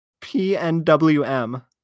Pnwm